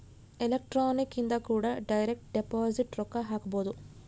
electronic ಇಂದ ಕೂಡ direct deposit ರೊಕ್ಕ ಹಾಕ್ಬೊದು